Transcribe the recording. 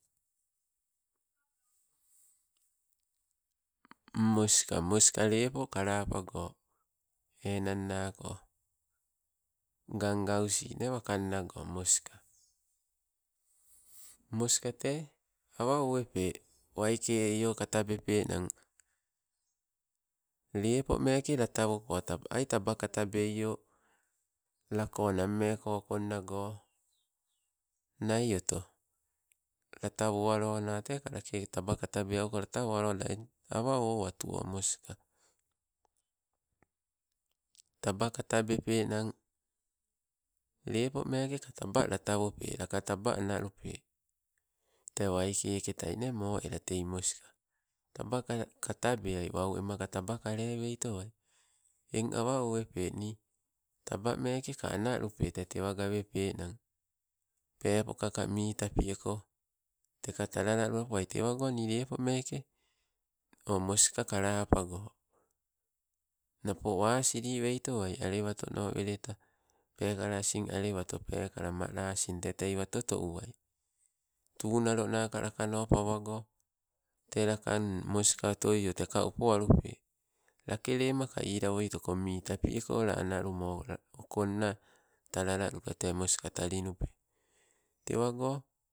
Moska, moska lepo kalapago enannako gangausi ne wakannago moska, moska tee awa owepe waikeio katabepenang. Lepomeke latawoko, taba ai tabakabeio lako nammeko okonnago, nai oto latawo alona teka lake taba katabe aluko latawoaloda eng, awa owatu moska. Taba katabepepan, lepo meke ka taba latawope laka taba analupei, tee waikeketai nee mo ela tei moska. Taba ka katabeai wau emaka taba kalewei towai. Eng awa owepe nii tabamekeka anabipe tee tewa gawepenan pepokaka mii tapi, eko teka talalalula poai. Tewago ni lepo meeke o moska kalapago, napo wasii weitowai alewatono weleta, pekale asin alewata pekala mala asin tee tei wato to uwai. Tunalonaka lakano pawago tee lakang moska otoio te upowalupe, lakelemaka ilawoitoko mi tapi eko, la analuma la okonna talalalula tee moska taliniupe tewago.